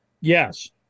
yes